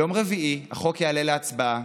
ביום רביעי החוק יעלה להצבעה,